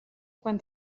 quan